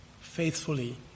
faithfully